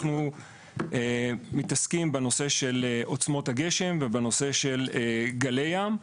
אנחנו מתעסקים בנושא של עוצמות הגשם ובנושא של גלי ים,